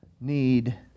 need